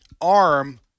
arm